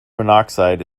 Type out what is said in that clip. monoxide